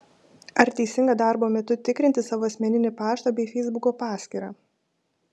ar teisinga darbo metu tikrinti savo asmeninį paštą bei feisbuko paskyrą